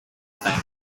time